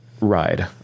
ride